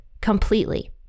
completely